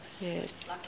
Yes